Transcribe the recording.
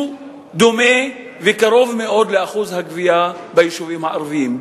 דומה וקרוב מאוד לאחוז הגבייה ביישובים הערביים.